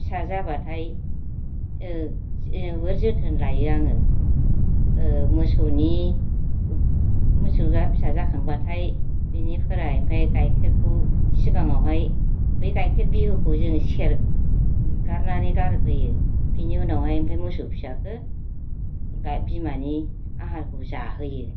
फिसा जाब्लाथाय ओ जोबोर जोथोन लायो आङो ओ मोसौनि मोसौआ फिसा जाखांब्लाथाय बिनिफोराय आमफ्राय गायखेरखौ सिगाङावहाय बै गायखेर बिहुखौ जोङो सेरगारनानै गारग्रोयो बिनि उनावहाय आमफ्राय मोसौ फिसाखो बिमानि आहारखौ जाहोयो